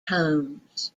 homes